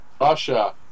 Russia